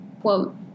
quote